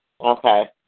Okay